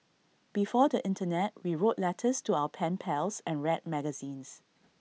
before the Internet we wrote letters to our pen pals and read magazines